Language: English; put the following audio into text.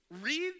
Read